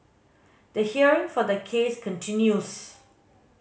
the hearing for the case continues